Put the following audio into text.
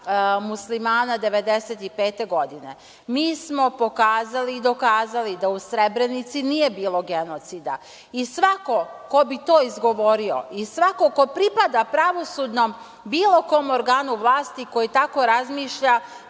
muslimana 1995. godine. Mi smo pokazali i dokazali da u Srebrenici nije bilo genocida i svako ko bi to izgovorio i svako ko pripada pravosudnom, bilo kom organu vlasti koji tako razmišlja,